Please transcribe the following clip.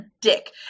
dick